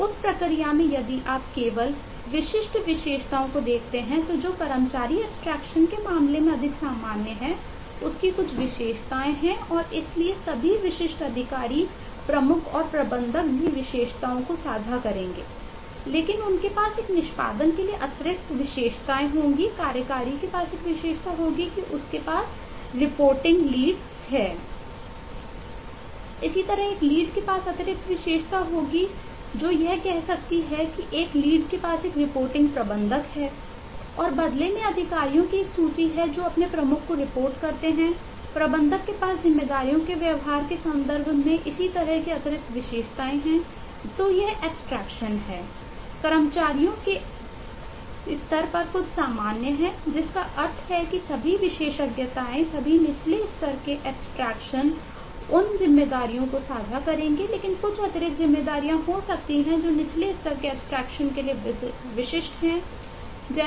तो उस प्रक्रिया में यदि आप केवल विशिष्ट विशेषताओं को देखते हैं तो जो कर्मचारी एब्स्ट्रेक्शन है